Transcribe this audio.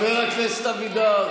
אתה מצביע בעד?